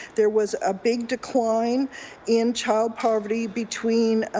there was a big decline in child poverty between,